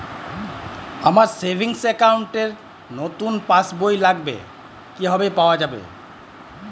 আমার savings account র নতুন পাসবই লাগবে, কিভাবে পাওয়া যাবে?